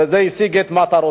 בזה הוא השיג את מטרותיו,